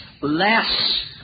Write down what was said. less